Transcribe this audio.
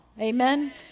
Amen